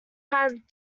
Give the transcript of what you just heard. had